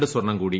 ു സ്വർണ്ണം കൂടി